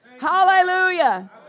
Hallelujah